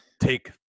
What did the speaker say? Take